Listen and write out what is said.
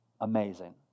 Amazing